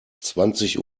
zwanzig